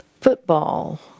football